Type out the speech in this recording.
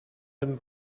and